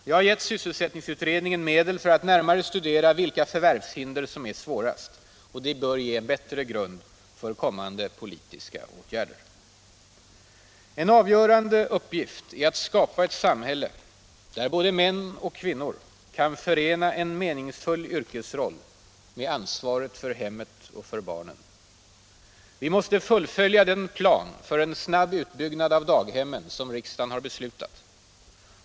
Jag har gett sysselsättningsutredningen medel för att närmare studera vilka förvärvshinder som är svårast. Och det bör ge en bättre grund för kommande politiska åtgärder. En avgörande uppgift är att skapa ett samhälle där både män och kvinnor kan förena en meningsfull yrkesroll med ansvaret för hemmet och för barnen. Vi måste fullfölja den plan för en snabb utbyggnad av daghemmen som riksdagen beslutat.